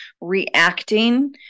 reacting